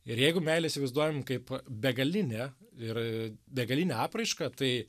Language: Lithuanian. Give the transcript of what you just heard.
ir jeigu meilę įsivaizduojam kaip begalinę ir begalinę apraišką tai